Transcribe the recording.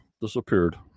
disappeared